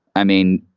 i mean,